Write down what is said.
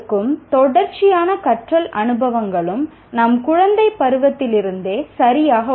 இந்த தொடர்ச்சியான கற்றல் அனுபவங்கள் ஒவ்வொருவருக்கும் வேறுபட்டிருக்கும்